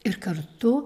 ir kartu